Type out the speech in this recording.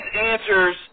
answers